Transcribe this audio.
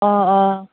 অঁ অঁ